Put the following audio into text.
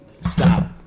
Stop